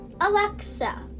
Alexa